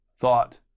thought